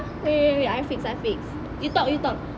wait wait wait I fix I fix you talk you talk